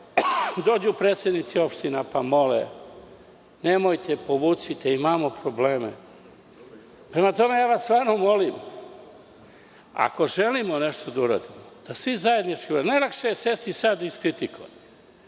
predsednici opština, pa mole – nemojte, povucite, imamo probleme. Prema tome, zaista vas molim, ako želimo nešto da uradimo, da svi zajednički uradimo. Najlakše je sesti i iskritikovati